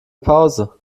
pause